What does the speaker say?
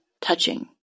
touching